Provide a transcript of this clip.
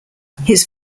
his